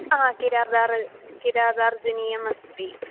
हा किरातः किरातार्जुनीयम् अस्ति